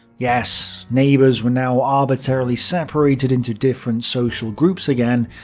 yes, neighbours were now arbitrarily separated into different social groups again,